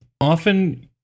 often